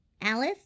Alice